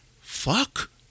Fuck